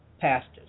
pastors